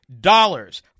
dollars